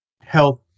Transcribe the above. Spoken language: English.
health